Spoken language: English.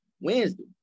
Wednesday